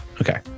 okay